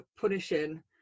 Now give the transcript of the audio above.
punishing